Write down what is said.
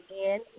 again